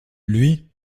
lui